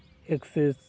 access